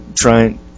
trying